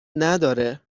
نداره